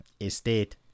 Estate